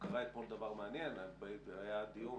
שהיה דיון